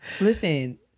listen